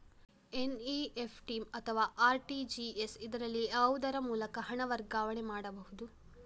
NEFT ಅಥವಾ RTGS, ಇದರಲ್ಲಿ ಯಾವುದರ ಮೂಲಕ ಹಣ ವರ್ಗಾವಣೆ ಮಾಡಬಹುದು?